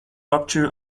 rupture